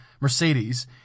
Mercedes